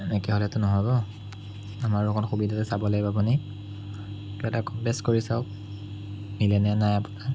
এনেকে হ'লেতো নহ'ব আমাৰো অকণ সুবিধাটো চাব লাগিব আপুনি কিবা এটা কম বেচ কৰি চাওক মিলে নে নাই আপোনাৰ